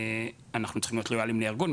אנחנו צריכים להיות לויאליים לארגון,